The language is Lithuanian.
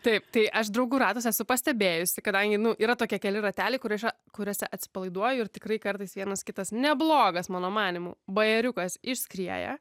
taip tai aš draugų ratuose esu pastebėjusi kadangi nu yra tokie keli rateliai kuriuose kuriuose atsipalaiduoju ir tikrai kartais vienas kitas neblogas mano manymu bajeriukas išskrieja